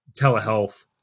telehealth